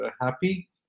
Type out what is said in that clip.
happy